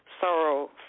sorrow